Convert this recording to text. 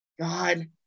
God